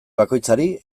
bakoitzari